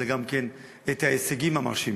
אלא גם את ההישגים המרשימים.